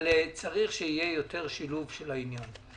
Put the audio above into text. אבל צריך שיהיה יותר שילוב שלהם.